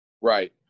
Right